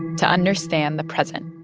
to understand the present